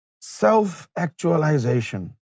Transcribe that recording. Self-actualization